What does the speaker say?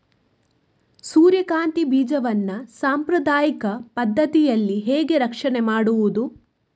ಸೂರ್ಯಕಾಂತಿ ಬೀಜವನ್ನ ಸಾಂಪ್ರದಾಯಿಕ ಪದ್ಧತಿಯಲ್ಲಿ ಹೇಗೆ ರಕ್ಷಣೆ ಮಾಡುವುದು